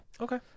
Okay